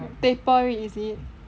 taper it is it